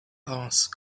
asked